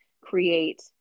create